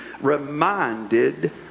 reminded